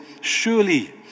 Surely